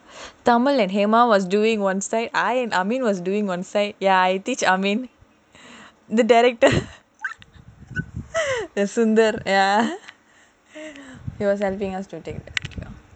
thama and huda was doing one side I and amin was doing one side ya I teach amin the director isn't that he also has nothing else to take